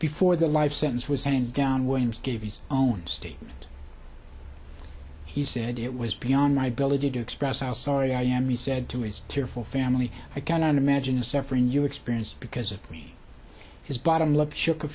before their life sentence was handed down williams gave his own statement he said it was beyond my ability to express how sorry i am he said to his tearful family i cannot imagine suffering you experienced because of his bottom lip shook a